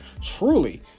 truly